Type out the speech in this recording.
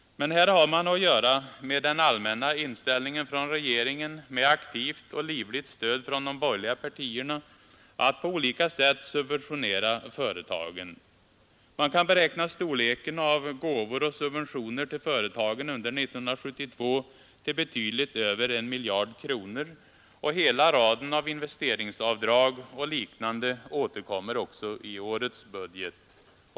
Men här har man att göra med den allmänna inställningen från regeringen — med aktivt och livligt stöd från de borgerliga partierna — att på olika sätt subventionera företagen. Man kan beräkna storleken av gåvor och subventioner till företagen under 1972 till betydligt över 1 miljard kronor, och hela raden av investeringsavdrag och liknande återkommer också i årets budget.